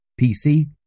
PC